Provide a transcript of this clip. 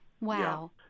wow